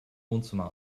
wohnzimmer